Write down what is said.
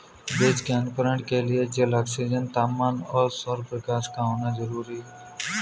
बीज के अंकुरण के लिए जल, ऑक्सीजन, तापमान और सौरप्रकाश का होना जरूरी है